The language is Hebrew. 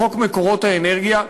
לחוק מקורות אנרגיה,